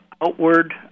outward